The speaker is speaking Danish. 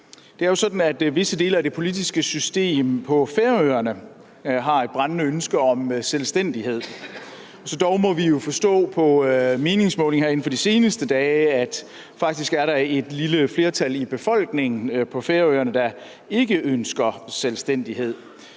Det er jo sådan, at visse dele af det politiske system på Færøerne har et brændende ønske om selvstændighed, dog må vi jo forstå på meningsmålingerne her inden for de seneste dage, at der faktisk er et lille flertal i befolkningen på Færøerne, der ikke ønsker selvstændighed.